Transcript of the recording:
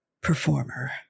performer